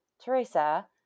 Teresa